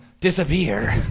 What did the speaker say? disappear